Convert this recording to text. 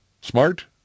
smart